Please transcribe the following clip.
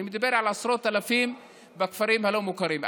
אני מדבר על עשרות אלפים בכפרים הלא-מוכרים,